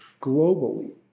globally